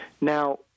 Now